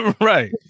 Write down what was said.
Right